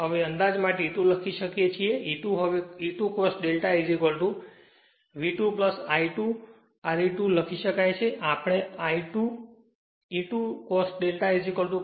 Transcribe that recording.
હવે અંદાજ માટે E2 લખી શકીએ છીયે E2 હવે E2 cos V2 I2 Re2 લખી શકાય છે જે આપણે E2 cos ∂